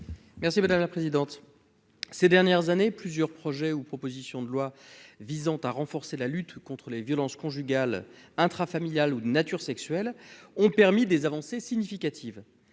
Merci madame la présidente. Ces dernières années plusieurs projets ou propositions de loi visant à renforcer la lutte contre les violences conjugales intrafamiliales ou de nature sexuelle ont permis des avancées significatives,